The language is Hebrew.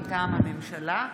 מטעם הממשלה,